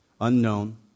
unknown